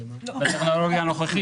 נכון, בטכנולוגיה הנוכחית.